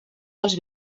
dels